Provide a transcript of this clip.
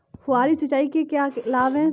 फुहारी सिंचाई के क्या लाभ हैं?